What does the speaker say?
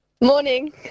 Morning